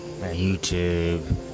YouTube